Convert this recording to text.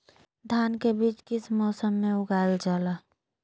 धान के बीज किस मौसम में उगाईल जाला?